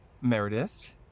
Meredith